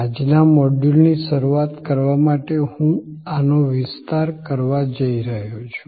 આજના મોડ્યુલની શરૂઆત કરવા માટે હું આનો વિસ્તાર કરવા જઈ રહ્યો છું